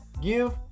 Give